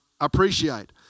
appreciate